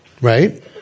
right